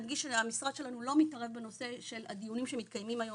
נדגיש שהמשרד שלנו לא מתערב בנושא של הדיונים שמתקיימים היום